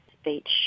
speech